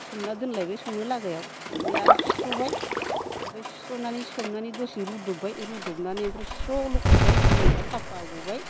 सोमना दोनलायबाय संनो लागायाव ओमफ्राय सुस्र'बाय ओमफ्राय सुस्र'नानै सोमनानै दसे रुद'बबाय रुद'बनानै ओमफ्राय स्र' लख'बबाय जिनिरा साफा ग'बाय